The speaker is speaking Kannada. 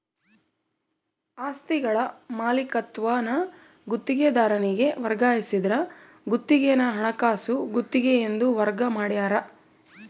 ಆಸ್ತಿಗಳ ಮಾಲೀಕತ್ವಾನ ಗುತ್ತಿಗೆದಾರನಿಗೆ ವರ್ಗಾಯಿಸಿದ್ರ ಗುತ್ತಿಗೆನ ಹಣಕಾಸು ಗುತ್ತಿಗೆ ಎಂದು ವರ್ಗ ಮಾಡ್ಯಾರ